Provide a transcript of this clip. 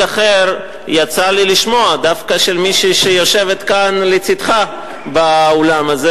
אחר יצא לי לשמוע דווקא ממישהי שיושבת כאן לצדך באולם הזה.